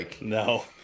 No